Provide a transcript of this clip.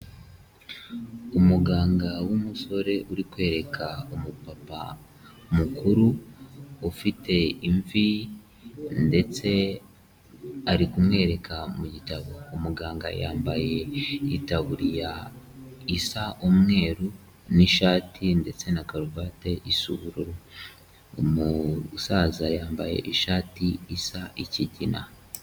Umuganga w'umusore uri kwereka umupapa mukuru ufite imvi ndetse ari kumwereka mu gitabo, umuganga yambaye itaburiya isa umweru n'ishati ndetse na karuvati isa ubururu, umusaza yambaye ishati isa ikigina.